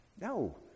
No